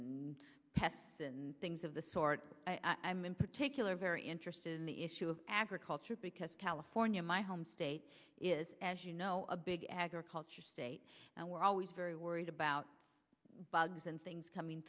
example things of the sort i'm in particular very interested in the issue of agriculture because california my home state is you know a big agriculture state and we're always very worried about bugs and things coming